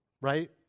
right